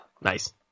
Nice